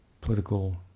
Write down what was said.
political